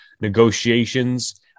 negotiations